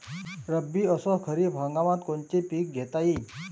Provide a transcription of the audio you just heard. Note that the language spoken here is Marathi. रब्बी अस खरीप हंगामात कोनचे पिकं घेता येईन?